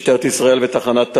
שמשטרת ישראל בתחנת טייבה,